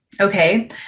Okay